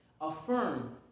Affirm